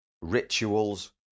rituals